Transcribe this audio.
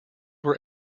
were